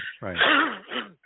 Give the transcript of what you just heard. right